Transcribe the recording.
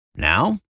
Now